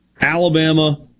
Alabama